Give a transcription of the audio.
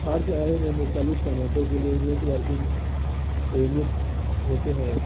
ہر شہر میں مختلف صنعتوں کے لیے نیٹ ورکنگ ایونٹس ہوتے ہیں